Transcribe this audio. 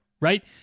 Right